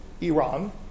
Iran